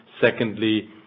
secondly